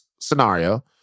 scenario